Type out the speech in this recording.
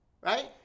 Right